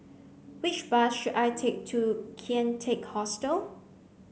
which bus should I take to Kian Teck Hostel